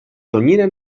tonyina